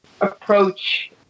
approach